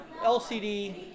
LCD